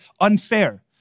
unfair